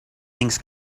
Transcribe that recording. things